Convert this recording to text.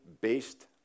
based